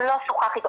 אם לא שוחח איתו,